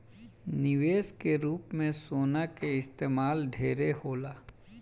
निवेश के रूप में सोना के इस्तमाल ढेरे होला